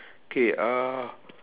K uh